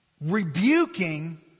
rebuking